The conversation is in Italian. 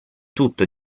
tutto